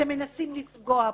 אתם מנסים לפגוע בו.